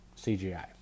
CGI